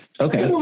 okay